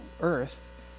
earth